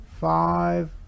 five